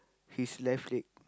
his left leg